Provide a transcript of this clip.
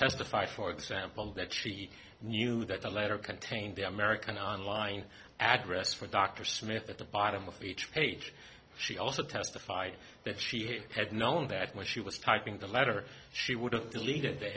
testify for example that she knew that the letter contained the american online address for dr smith at the bottom of each page she also testified that she had known that when she was typing the letter she would have deleted the